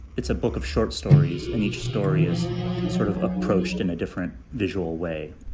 it's a book of short stories and each story is sort of approached in a different visual way.